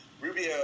Rubio